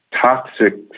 toxic